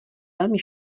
velmi